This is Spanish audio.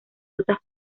rutas